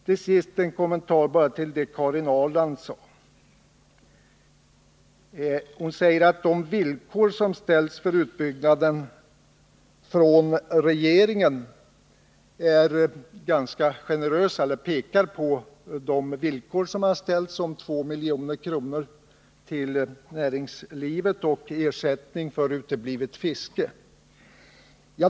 Till sist en kommentar till det som Karin Ahrland anförde. Hon sade att de villkor som ställts från regeringens sida för utbyggnaden är ganska generösa och pekade på 2 milj.kr. till näringslivet och ersättning för uteblivet fiske.